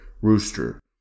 Rooster